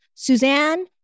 Suzanne